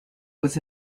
was